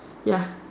ya